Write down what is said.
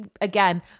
again